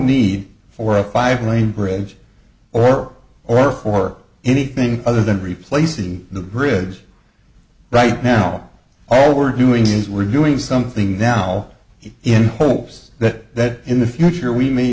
need for a five lane bridge or or for anything other than replacing the bridge right now all we're doing is we're doing something down here in hopes that in the future we may